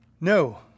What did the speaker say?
No